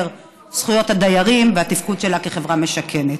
זכויות הדיירים והתפקוד שלה כחברה משקמת.